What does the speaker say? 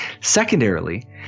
Secondarily